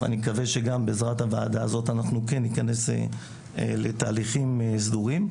ואני מקווה שגם בעזרת הוועדה הזאת אנחנו כן ניכנס לתהליכים סדורים.